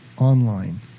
online